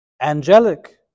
angelic